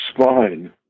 spine